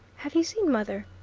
have you seen mother?